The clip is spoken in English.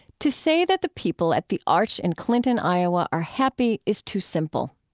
to say that the people at the arch in clinton, iowa, are happy is too simple.